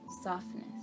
softness